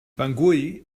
bangui